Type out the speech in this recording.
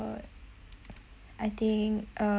uh I think uh